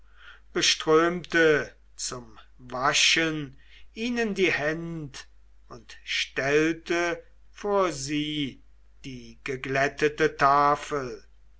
beströmte zum waschen ihnen die händ und stellte vor sie die geglättete tafel